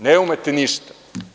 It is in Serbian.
Ne umete ništa.